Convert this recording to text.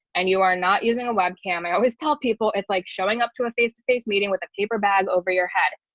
and you are not using a webcam, i always tell them people it's like showing up to a face to face meeting with a paper bag over your head.